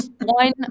one